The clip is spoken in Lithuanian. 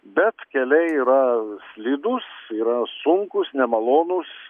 bet keliai yra slidūs yra sunkūs nemalonūs